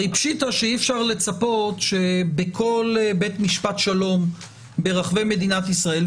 הרי פשיטא שאי-אפשר לצפות בכל בית משפט שלום ברחבי מדינת ישראל,